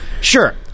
sure